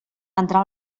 entrar